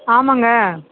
ஆமாம்ங்க